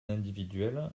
individuel